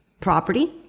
property